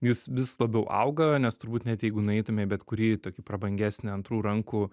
jis vis labiau auga nes turbūt net jeigu nueitume į bet kurį tokį prabangesnį antrų rankų